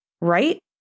Right